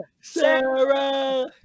Sarah